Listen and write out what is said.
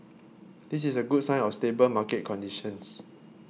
this is a good sign of stable market conditions